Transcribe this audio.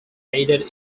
faded